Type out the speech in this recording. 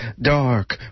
dark